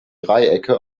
dreiecke